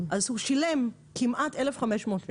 אז הוא שילם כמעט אלף חמש מאות שקל,